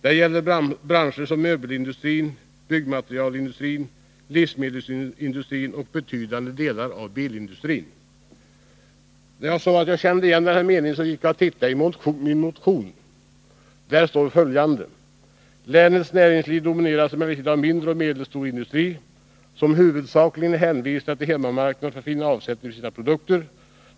Det gäller branscher som möbelindustrin, byggmaterielindustrin, livsmedelsindustrin och betydande delar av bilindustrin.” Jag gick och tittade i motionen — där står följande: ”Länets näringsliv domineras emellertid av mindre och medelstor industri, som huvudsakligen är hänvisad till den svenska hemmamarknaden för att få avsättning för sina produkter.